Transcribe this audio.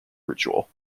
ritual